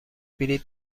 بلیط